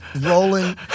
rolling